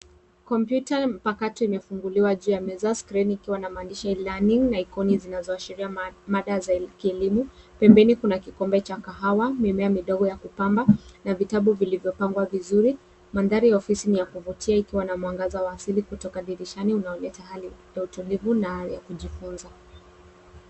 Kompyuta mpakato imefunguliwa juu ya meza, skrini ikiwa na maandishi e-learning na aikoni zinazoashiria mada za kielimu. Pembeni kuna kikombe cha kahawa, mimea midogo ya kupamba, na vitabu vilivyopangwa vizuri . Mandhari ya ofisi ni ya kuvutia ikiwa na mwangaza wa asili kutoka dirishani unaoleta hali ya utuivu na ari ya kujifunza.